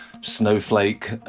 snowflake